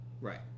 Right